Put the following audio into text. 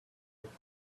naked